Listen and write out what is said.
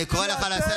דבר לעניין,